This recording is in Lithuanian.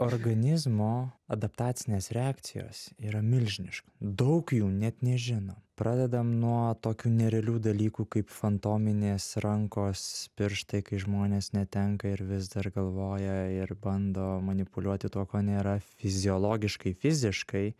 organizmo adaptacinės reakcijos yra milžiniška daug jų net nežino pradedam nuo tokių nerealių dalykų kaip fantominės rankos pirštai kai žmonės netenka ir vis dar galvoja ir bando manipuliuoti to ko nėra fiziologiškai fiziškai